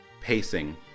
pacing